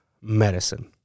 medicine